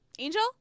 Angel